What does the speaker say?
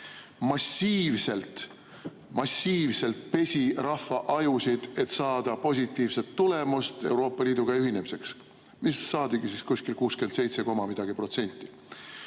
massiivselt pesi rahva ajusid, et saada positiivset tulemust Euroopa Liiduga ühinemiseks. See saadigi, oli 67 koma millegagi protsenti.